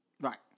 Right